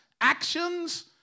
actions